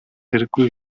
хэрэггүй